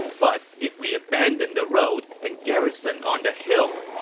but if we abandon the road and garrison on the hill,